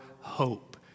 hope